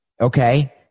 okay